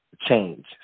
change